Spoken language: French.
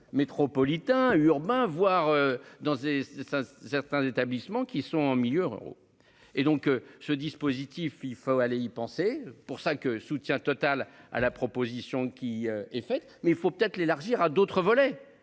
Métropolitain urbain voir dans et ça. Certains établissements qui sont en milieux ruraux. Et donc ce dispositif, il faut aller y penser pour ça que soutien total à la proposition qui est faite, mais il faut peut-être l'élargir à d'autres volets.